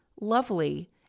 lovely